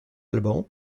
alban